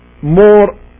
More